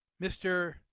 Mr